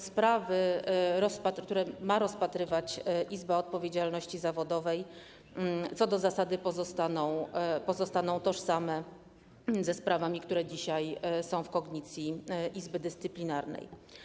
Sprawy, które ma rozpatrywać Izba Odpowiedzialności Zawodowej, co do zasady pozostaną tożsame ze sprawami, które dzisiaj są w kognicji Izby Dyscyplinarnej.